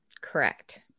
Correct